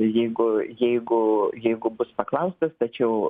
jeigu jeigu jeigu bus paklaustas tačiau